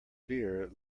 beer